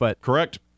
Correct